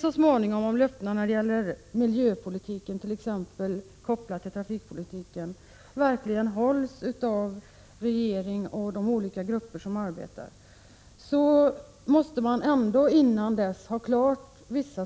så småningom kunna se om löftena när det gäller t.ex. miljöpolitiken kopplad till trafikpolitiken verkligen hålls av regeringen och av de olika grupper som arbetar, måste man ändå innan dess ha vissa saker klara.